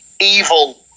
evil